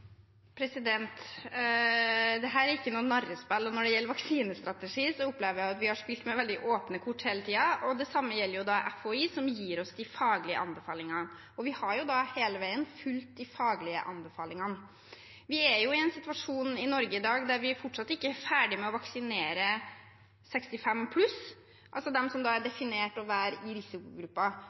er ikke noe narrespill. Når det gjelder vaksinestrategi, opplever jeg at vi har spilt med veldig åpne kort hele tiden. Det samme gjelder FHI, som gir oss de faglige anbefalingene. Vi har hele veien fulgt de faglige anbefalingene. Vi er i en situasjon i Norge i dag der vi fortsatt ikke er ferdige med å vaksinere de på 65 pluss, altså de som er definert som å være i